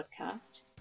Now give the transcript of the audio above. Podcast